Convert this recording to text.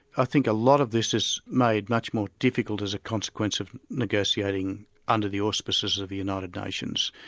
i think a lot of this is made much more difficult as a consequence of negotiating under the auspices of the united nations.